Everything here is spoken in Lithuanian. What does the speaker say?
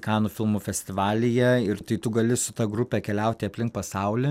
kanų filmų festivalyje ir tai tu gali su ta grupe keliauti aplink pasaulį